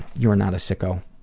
you are not a sicko,